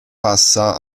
passa